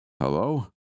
Hello